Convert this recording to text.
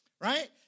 Right